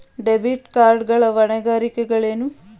Debit card ಗಳ ಹೊಣೆಗಾರಿಕೆಗಳೇನು?